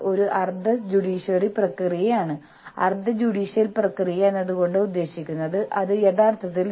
നിങ്ങൾ ജീവനക്കാർക്ക് അവരുടെ ഓഫീസ് സമയങ്ങളിൽ ഒത്തുചേരാനുള്ള അവസരം നൽകുന്നില്ല